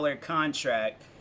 contract